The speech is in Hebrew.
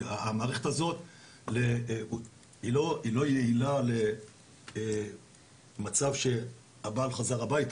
היא לא יעילה למצב שהבעל חזר הביתה,